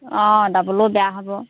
অঁ দাবলৈও বেয়া হ'ব